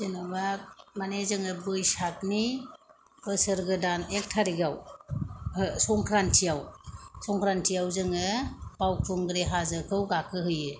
जेन'बा मानि जोङो बैसागनि बोसोर गोदान एक थारिगआव ओहो संख्रानथि आव संख्रान्थिआव जोङो बावखुंग्रि हाजोखौ गाखो हैयो